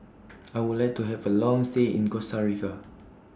I Would like to Have A Long stay in Costa Rica